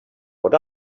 what